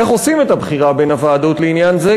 איך עושים את הבחירה בין הוועדות לעניין זה,